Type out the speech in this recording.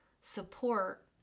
support